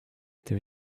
there